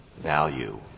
value